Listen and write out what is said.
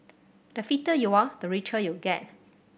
the fitter you are the richer you get